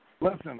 Listen